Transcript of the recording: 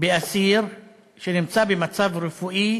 באסיר שנמצא במצב רפואי